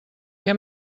què